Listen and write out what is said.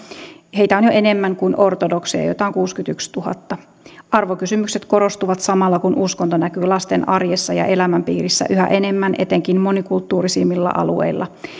heitä on jo enemmän kuin ortodokseja joita on kuusikymmentätuhatta arvokysymykset korostuvat samalla kun uskonto näkyy lasten arjessa ja elämänpiirissä yhä enemmän etenkin monikulttuurisimmilla alueilla